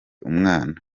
umwana